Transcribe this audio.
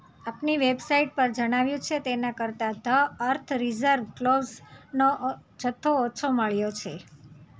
આપની વેબસાઈટ પર જણાવ્યું છે તેનાં કરતાં ધ અર્થ રીઝર્વ ક્લોવ્ઝ નો જથ્થો ઓછો મળ્યો છે